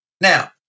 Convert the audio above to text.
Now